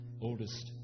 oldest